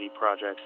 projects